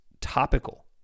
topical